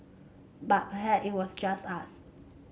but perhaps it was just us